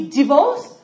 divorce